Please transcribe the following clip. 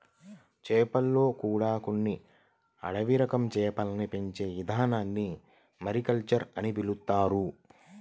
చేపల్లో కూడా కొన్ని అడవి రకం చేపల్ని పెంచే ఇదానాన్ని మారికల్చర్ అని పిలుత్తున్నారు